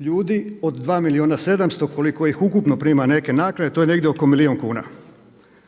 ljudi od 2 milijuna 700 koliko ih ukupno prima neke naknade. To je negdje oko milijun kuna,